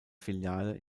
filiale